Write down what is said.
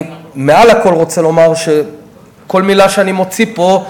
מעל הכול אני רוצה לומר שכל מילה שאני מוציא פה,